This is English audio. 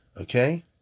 Okay